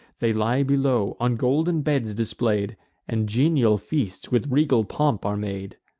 they lie below, on golden beds display'd and genial feasts with regal pomp are made.